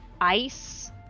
ice